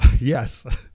Yes